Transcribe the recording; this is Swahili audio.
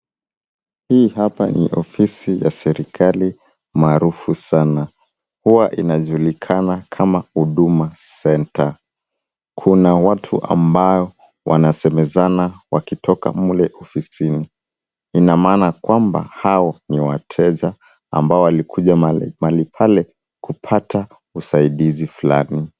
Hii hapa ni ofisi ya serikali maarufu sana. Huwa inajulikana kama huduma center . Kuna watu ambao wanasemezana wakitoka mle ofisini. Ina maana kwamba hao ni wateja, ambao walikuja mahali, mahali pale kupata usaidizi fulani.